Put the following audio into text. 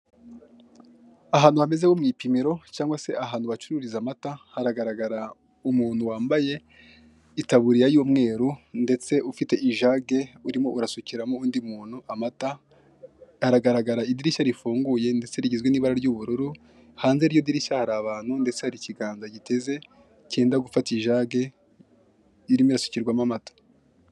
Ahantu hameze nko mwipimiro cyangwa se ahantu bacuruza amata haragaragara umuntu wambaye itaburiys y'umweru ndetse ufite ijage urimo arasukira undi muntu amata haragaragara idirishya rifunguye ndetse rigizwe nibara ry'ubururu hanze yiryo dirishya har'abantu ndetse hari ikiganza giteze cyenda gufata ijage irimo irasukirwamo amata.